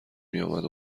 میامد